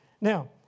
Now